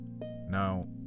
Now